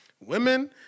Women